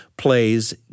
plays